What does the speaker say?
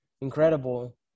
incredible